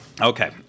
Okay